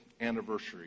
anniversary